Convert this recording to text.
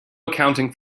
accounting